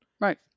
Right